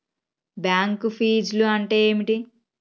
Bank ఫీజ్లు అంటే ఏమిటి?